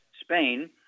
Spain